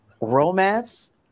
romance